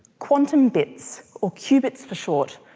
quantum bits, or cubits for short,